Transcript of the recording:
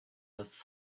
have